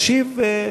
ישיב.